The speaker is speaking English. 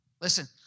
Listen